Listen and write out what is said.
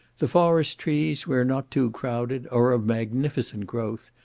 the forest trees, where not too crowded, are of magnificent growth,